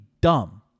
dumb